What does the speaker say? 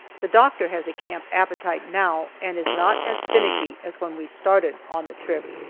the doctor has a camp appetite now and is not as finicky as when we started on the trip.